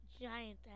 giant